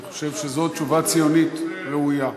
אני חושב שזו תשובה ציונית ראויה.